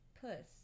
Puss